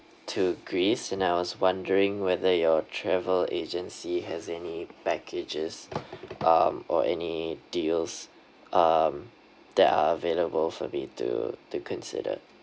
to greece and I was wondering whether your travel agency has any packages um or any deals um that are available for me to to consider